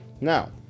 Now